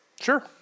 Sure